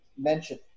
mention